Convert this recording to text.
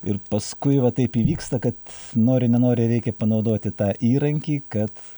ir paskui va taip įvyksta kad nori nenori reikia panaudoti tą įrankį kad